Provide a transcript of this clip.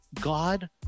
God